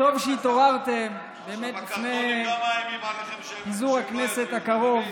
טוב שהתעוררתם, באמת, לפני פיזור הכנסת הקרוב,